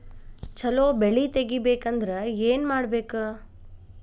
ಛಲೋ ಬೆಳಿ ತೆಗೇಬೇಕ ಅಂದ್ರ ಏನು ಮಾಡ್ಬೇಕ್?